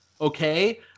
okay